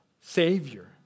Savior